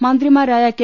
മന്ത്രിമാരായ കെ